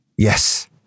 Yes